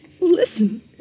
Listen